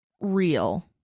real